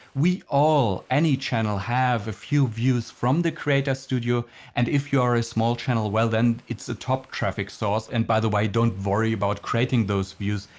we all, any channel have a few views from the creator studio and if you are a small channel, well, then it's a top traffic source. and by the way, don't worry about creating those views.